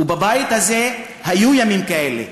ובבית הזה היו ימים כאלה,